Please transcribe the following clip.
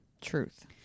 Truth